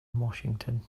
washington